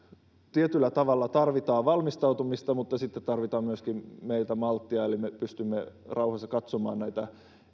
tietyllä tavalla tarvitaan valmistautumista mutta sitten tarvitaan myöskin meiltä malttia me pystymme rauhassa katsomaan näitä